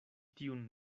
tiun